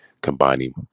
combining